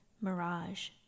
Mirage